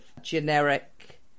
generic